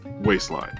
waistline